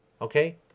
okay